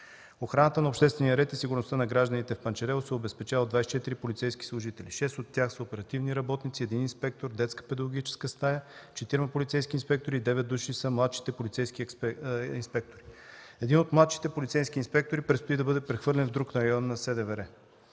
Охраната на обществения ред и сигурността на гражданите в Панчарево се обезпечава от 24 полицейски служители: шест от тях са оперативни работници, един инспектор, детска педагогическа стая, четирима полицейски инспектори, девет души са младшите полицейски инспектори. Един от младшите полицейски инспектори предстои да бъде прехвърлен в друг район на СДВР.